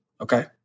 Okay